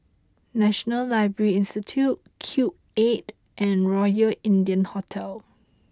National Library Institute Cube Eight and Royal India Hotel